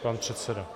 Pan předseda.